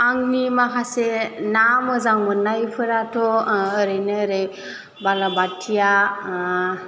आंनि माखासे ना मोजां मोननायफोराथ' ओरैनो ओरै बालाबाथिया